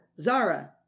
zara